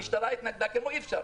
המשטרה התנגדה ואמרה שאי אפשר,